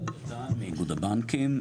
אייל דותן מאיגוד הבנקים.